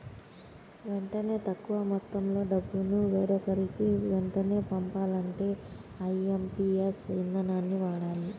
వెంటనే తక్కువ మొత్తంలో డబ్బును వేరొకరికి వెంటనే పంపాలంటే ఐఎమ్పీఎస్ ఇదానాన్ని వాడాలి